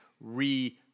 re